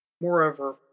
Moreover